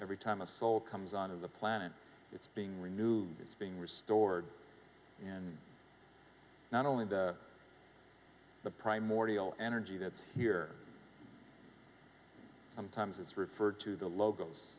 every time a soul comes on the planet it's being renewed it's being restored and not only the the primordial energy that's here sometimes is referred to the logos